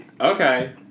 Okay